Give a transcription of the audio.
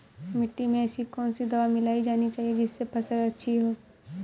मिट्टी में ऐसी कौन सी दवा मिलाई जानी चाहिए जिससे फसल अच्छी हो?